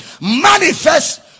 manifest